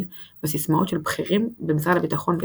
וססמאות של בכירים במשרד הביטחון וצה"ל.